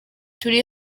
turi